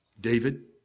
David